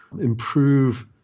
improve